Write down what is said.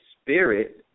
spirit